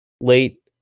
Late